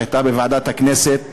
שהייתה בוועדת הכנסת,